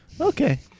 Okay